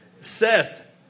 Seth